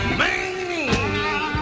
man